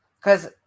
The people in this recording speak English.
Cause